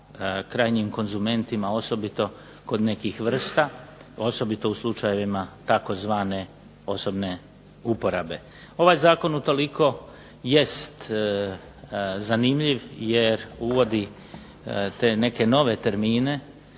krajnjim konzumentima, osobito kod nekih vrsta, osobito u slučajevima tzv. osobne uporabe. Ovaj zakon utoliko jest zanimljiv, jer uvodi te neke nove termine,